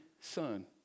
Son